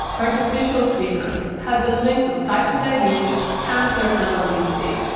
artificial sweeteners have been linked with type two diabetes, cancer and obesity.